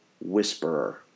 whisperer